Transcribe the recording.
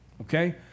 okay